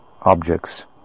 objects